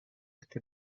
este